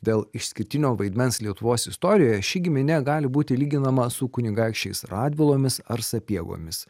dėl išskirtinio vaidmens lietuvos istorijoj ši giminė gali būti lyginama su kunigaikščiais radvilomis ar sapiegomis